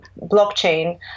blockchain